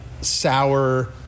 sour